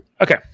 Okay